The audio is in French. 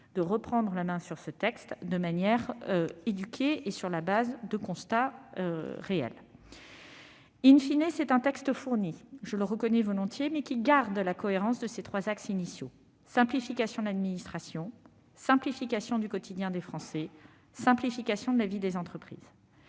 de reprendre la main sur ce texte sur la base de constats réels., c'est un texte fourni, je le reconnais volontiers, qui garde la cohérence de ses trois axes initiaux : simplification de l'administration, simplification du quotidien des Français, simplification de la vie des entreprises.